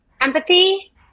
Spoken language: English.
empathy